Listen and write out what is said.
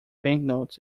banknotes